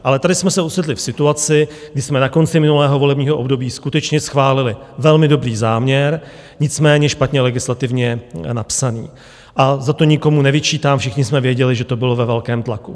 Ale tady jsme se ocitli v situaci, kdy jsme na konci minulého volebního období skutečně schválili velmi dobrý záměr, nicméně špatně legislativně napsaný, a to nikomu nevyčítám, všichni jsme věděli, že to bylo ve velkém tlaku.